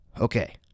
Okay